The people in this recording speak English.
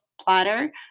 platter